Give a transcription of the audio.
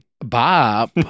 Bob